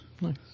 Nice